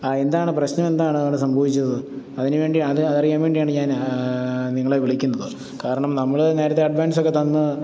ആ എന്താണ് പ്രശ്നം എന്താണ് അവിടെ സംഭവിച്ചത് അതിന് വേണ്ടി അതറിയാൻ വേണ്ടിയാണ് ഞാൻ നിങ്ങളെ വിളിക്കുന്നത് കാരണം നമ്മള് നേരത്തെ അഡ്വാൻസൊക്കെ തന്നു